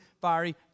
fiery